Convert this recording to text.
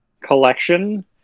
collection